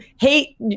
hate